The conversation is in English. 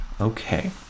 Okay